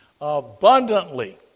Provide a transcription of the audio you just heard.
abundantly